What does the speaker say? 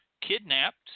Kidnapped